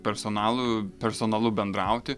personalu personalu bendrauti